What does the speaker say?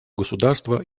государства